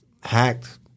hacked